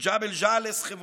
בג'בל ג'אלס, חברון,